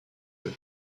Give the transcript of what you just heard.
eux